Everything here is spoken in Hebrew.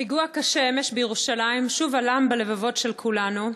הפיגוע הקשה שהיה אתמול בירושלים שוב הלם בלבבות של כולנו.